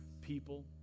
people